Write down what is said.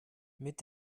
mit